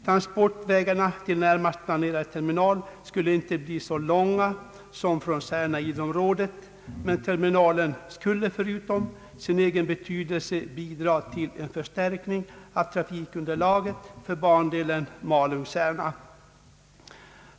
Transportvägarna till närmaste planerade terminal skulle inte bli så långa som från Särna—Idre-området, men terminalen skulle förutom att den har betydelse i och för sig bidra till en förstärkning av trafikunderlaget för bandelen Malung—Särna.